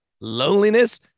loneliness